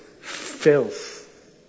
filth